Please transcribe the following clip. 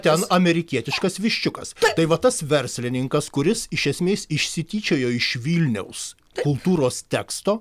ten amerikietiškas viščiukas tai va tas verslininkas kuris iš esmės išsityčiojo iš vilniaus kultūros teksto